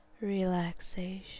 relaxation